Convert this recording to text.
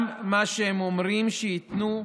גם מה שהם אומרים שייתנו,